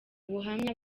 buhamya